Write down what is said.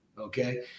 okay